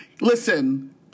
listen